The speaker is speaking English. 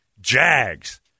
Jags